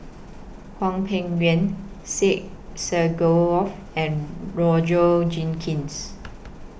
Hwang Peng Yuan Syed and Roger Jenkins